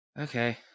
Okay